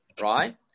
right